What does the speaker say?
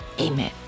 Amen